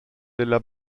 della